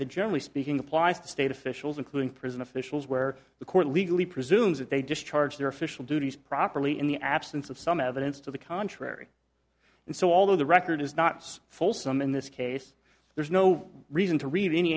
the generally speaking applies to state officials including prison officials where the court legally presumes that they discharge their official duties properly in the absence of some evidence to the contrary and so although the record is not fulsome in this case there's no reason to read any